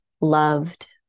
loved